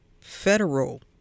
federal